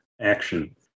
action